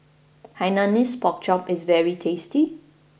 Hainanese Pork Chop is very tasty